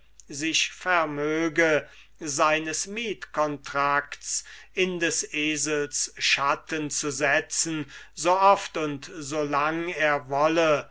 sich vermöge seines mietcontracts in des esels schatten zu setzen so oft und so lange er wolle